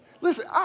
Listen